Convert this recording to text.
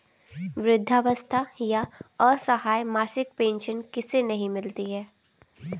वृद्धावस्था या असहाय मासिक पेंशन किसे नहीं मिलती है?